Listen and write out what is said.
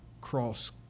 cross